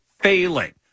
failing